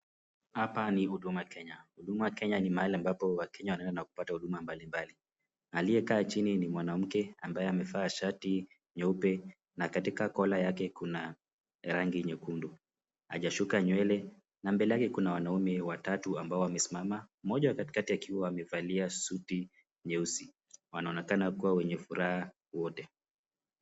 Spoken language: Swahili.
Hapa ni Huduma Kenya. Huduma Kenya ni mahali ambapo Wakenya huenda na kupata huduma mbalimbali. Aliyekaa chini ni mwanamke ambaye amevaa shati nyeupe na katika kola yake kuna rangi nyekundu. Hajashuka nywele na mbele yake kuna wanaume watatu ambao wamesimama. Mmoja wa katikati akiwa amevalia suti nyeusi. Wanaonekana kuwa wenye furaha wote.